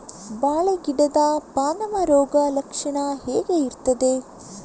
ಬಾಳೆ ಗಿಡದ ಪಾನಮ ರೋಗ ಲಕ್ಷಣ ಹೇಗೆ ಇರ್ತದೆ?